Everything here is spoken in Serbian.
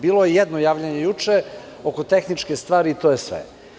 Bilo je jedno javljanje juče oko tehničke stvari i to je sve.